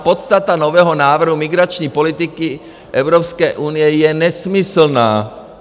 Podstata nového návrhu migrační politiky Evropské unie je nesmyslná.